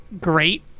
great